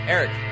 Eric